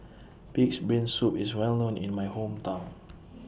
Pig'S Brain Soup IS Well known in My Hometown